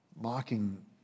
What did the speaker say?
Mocking